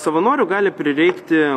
savanorių gali prireikti